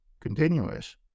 continuous